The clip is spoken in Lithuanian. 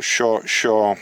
šio šio